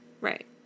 Right